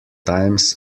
times